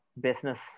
business